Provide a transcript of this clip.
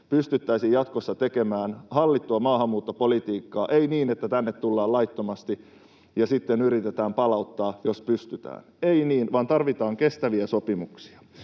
pystyttäisiin jatkossa tekemään hallittua maahanmuuttopolitiikkaa, ei niin, että tänne tullaan laittomasti ja sitten yritetään palauttaa, jos pystytään, ei niin, vaan tarvitaan kestäviä sopimuksia.